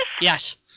Yes